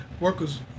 workers